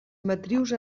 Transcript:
matrius